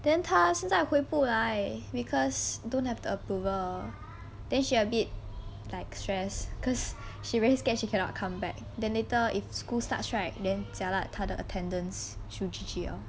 then 他现在回不来 because don't have the approval then she a bit like stress cause she very scared she cannot come back then later if school starts right then jialat 他的 attendance should G_G !woo!